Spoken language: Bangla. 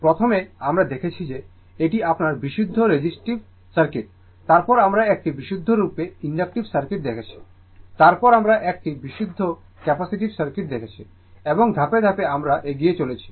প্রথমে আমরা দেখেছি যে এটি আপনার বিশুদ্ধ রেজিস্টিভ সার্কিট তারপর আমরা একটি বিশুদ্ধ রূপে ইনডাকটিভ সার্কিট দেখেছি তারপর আমরা একটি বিশুদ্ধ ক্যাপাসিটিভ সার্কিট দেখেছি এবং ধাপে ধাপে আমরা এগিয়ে চলেছি